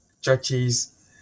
churches